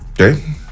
Okay